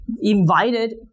Invited